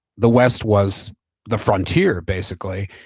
the west was the frontier basically.